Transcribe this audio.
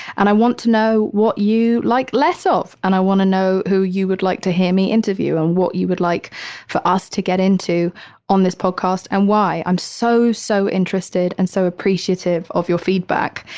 and i want to know what you like less of. and i want to know who you would like to hear me interview, on what you would like for us to get into on this podcast and why i'm so, so interested and so appreciative of your feedback.